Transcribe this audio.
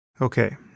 Okay